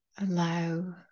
allow